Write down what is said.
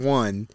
one